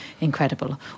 incredible